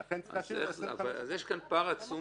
ולכן יש להשאיר את זה 25%. יש כאן פער עצום